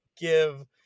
give